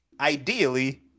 ideally